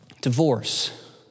divorce